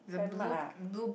fan mark ah